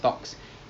um